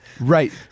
Right